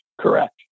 correct